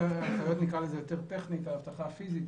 נקרא לזה יותר טכניקה אבטחה פיזית,